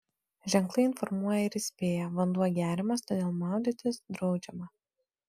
ženklai informuoja ir įspėja vanduo geriamas todėl maudytis draudžiama